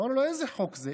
אמרנו לו: איזה חוק זה?